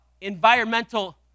environmental